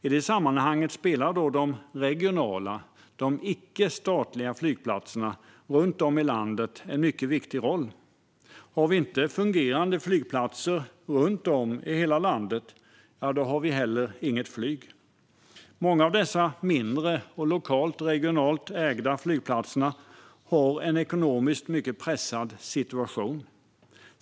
I det sammanhanget spelar de regionala, icke-statliga flygplatserna runt om i landet en mycket viktig roll. Har vi inte fungerande flygplatser runt om i hela landet har vi heller inget flyg. Många av dessa mindre, lokalt eller regionalt ägda flygplatser har en ekonomiskt mycket pressad situation.